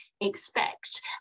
expect